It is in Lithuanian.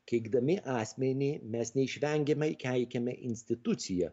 keikdami asmenį mes neišvengiamai keikiame instituciją